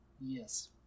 Yes